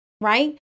right